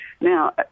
Now